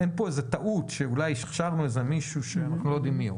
אין כאן איזו טעות שאולי החשבנו מישהו שאנחנו לא יודעים מי הוא